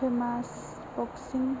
famous boxing